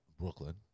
Brooklyn